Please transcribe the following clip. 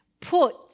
put